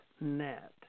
net